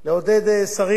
הממונה על שוק ההון,